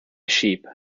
sheep